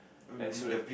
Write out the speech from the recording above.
then so that